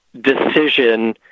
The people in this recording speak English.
decision